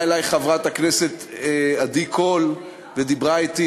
באה אלי חברת הכנסת עדי קול ודיברה אתי